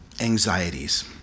anxieties